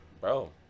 bro